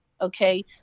okay